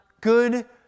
good